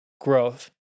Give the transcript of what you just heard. growth